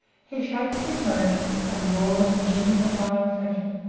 he shakes his mane and roars in genuine lion fashion.